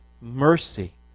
mercy